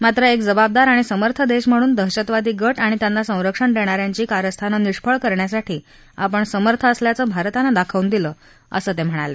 मात्र एक जबाबदार आणि समर्थ देश म्हणून दहशतवादी गट आणि त्यांना संरक्षण देणा यांची कारस्थानं निष्फळ करण्यासाठी आपण समर्थ असल्याचं भारतानं दाखवून दिलं असं ते म्हणाले